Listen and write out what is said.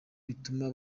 bituma